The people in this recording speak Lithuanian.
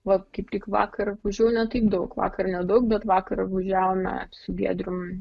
va kaip tik vakar važiavau ne taip daug vakar nedaug bet vakar važiavome su giedrium